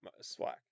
swag